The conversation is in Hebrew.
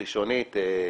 ראשונית.